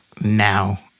now